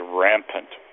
rampant